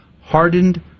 hardened